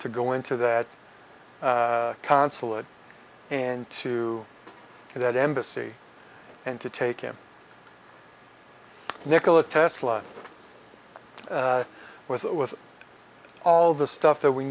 to go into that consulate and to that embassy and to take him nicholas tesla with with all the stuff that we